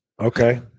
Okay